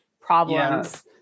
problems